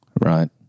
Right